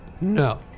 No